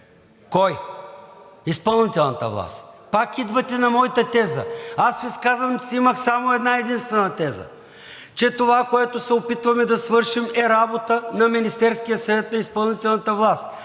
Кой? Изпълнителната власт. Пак идвате на моята теза. Аз в изказването си имах само една единствена теза – че това, което се опитваме да свършим, е работа на Министерския съвет, на изпълнителната власт.